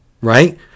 right